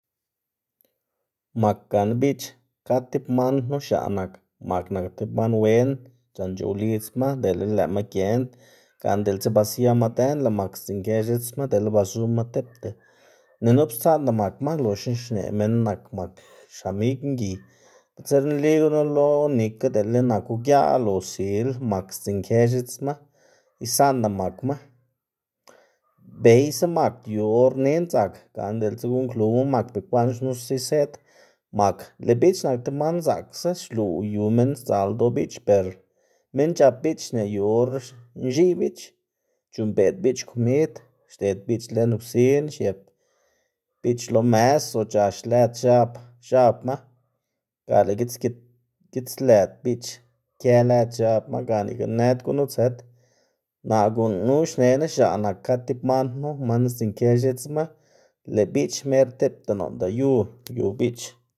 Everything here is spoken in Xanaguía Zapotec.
Mak gana biꞌch, kad tib man knu x̱aꞌ nak. Mak nak tib man wen c̲h̲an c̲h̲ow lidzma dele lëꞌma giend gana diꞌltsa ba siama dën lëꞌ mak sdzinkë x̱itsma dele ba zuma tipta, ni up stsaꞌnda makma, loxna xneꞌ minn mak nak xamig mgiy, bitser nli gunu lo nika dele naku giaꞌl o sil mak sdzinkë x̱itsma isaꞌnda makma, beyda mak yu or nen dzak, gana diꞌltsa guꞌnnkluwma mak bekwaꞌn xnusa iseꞌd mak. Lëꞌ biꞌch nak tib man zaꞌksa xluꞌw yu minn sdzaꞌl ldoꞌ biꞌch, ber minn c̲h̲ap biꞌch xneꞌ yu or nx̱iꞌy biꞌch c̲h̲uꞌnnbeꞌd biꞌch komid, xded biꞌch lën kwsin xiep lo mes o c̲h̲ax lëd x̱ab- x̱abma ga lëꞌ gitskid gitslëd biꞌch kë lëd x̱abma ga nika nëd gunu tsëd. Naꞌ gunu xnená x̱aꞌ nak kad tib man knu ma sdzinnkë x̱itsma lëꞌ biꞌch mer tipta noꞌnda yu yu biꞌch.